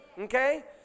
okay